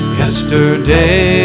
yesterday